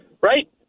right